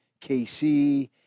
KC